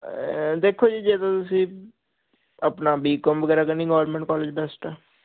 ਦੇਖੋ ਜੀ ਜਦੋਂ ਤੁਸੀਂ